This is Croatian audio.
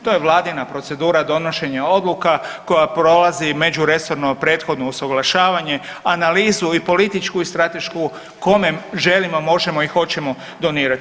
To je Vladina procedura donošenja odluka koja prolazi međuresorno prethodno usuglašavanje, analizu i političku i stratešku kome želimo, možemo i hoćemo donirati.